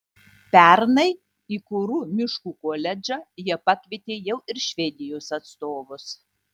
pernai į kuru miškų koledžą jie pakvietė jau ir švedijos atstovus